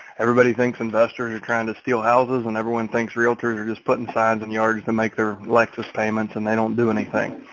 everybody thinks investors are trying to steal houses. and everyone thinks realtors are just putting signs in the yard just to and make their lexus payments and they don't do anything.